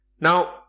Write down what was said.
Now